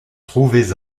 trouvez